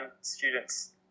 students